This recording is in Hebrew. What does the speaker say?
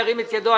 ירים את ידו.